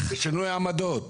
כאשר היום הוא כמעט הכפיל את עצמו.